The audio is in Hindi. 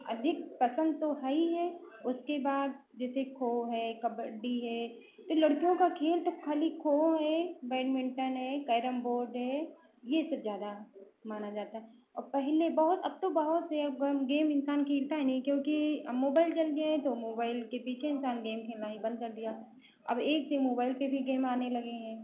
अधिक पसंद तो हई है उसके बाद जैसे खो है कबड्डी है तो लड़कियों का खेल तो खाली खो है बैडमिन्टन है कैरम बोर्ड है यह सब ज़्यादा माना जाता है और पहले बहुत अब तो बहुत से अब गेम इंसान खेलता नहीं क्योंकि अब मोबाइल चल गया है तो मोबाइल के पीछे इंसान गेम खेलना ही बंद कर दिया अब एक से एक मोबाइल पर भी गेम आने लगे हैं